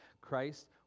Christ